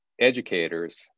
educators